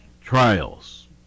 trials